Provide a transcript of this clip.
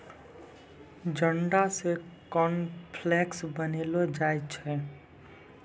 जंडा से कॉर्नफ्लेक्स बनैलो जाय छै